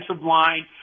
line